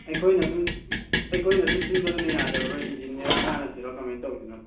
ꯑꯩꯈꯣꯏꯅ ꯑꯗꯨꯝ ꯁꯤꯟꯕꯗꯨꯅ ꯌꯥꯗꯧꯔꯤꯕ꯭ꯔꯥ ꯏꯟꯖꯤꯅꯤꯌꯔ ꯇꯥꯟꯅꯁꯤꯔꯣ ꯀꯃꯥꯏꯅ ꯇꯧꯕꯅꯣ